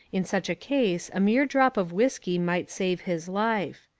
in such a case a mere drop of whiskey might save his life.